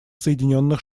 соединенных